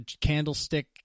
candlestick